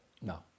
No